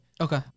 Okay